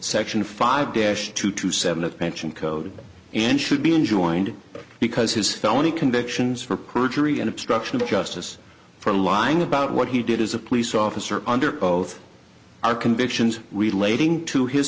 section five dash two to seven of pension code and should be enjoined because his felony convictions for perjury and obstruction of justice for lying about what he did as a police officer under both our convictions relating to his